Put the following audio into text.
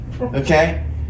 Okay